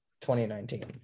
2019